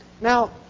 Now